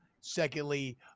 Secondly